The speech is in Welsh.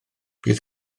bydd